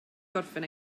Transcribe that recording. gorffen